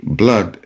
blood